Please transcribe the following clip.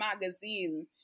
Magazine